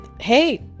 hey